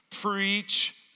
Preach